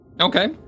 Okay